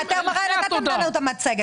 אתם הרי עכשיו לקחתם לנו את המצגת.